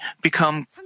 become